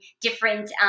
different